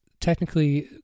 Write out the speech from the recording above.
technically